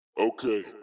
Okay